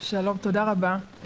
שלום, תודה רבה.